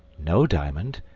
no, diamond.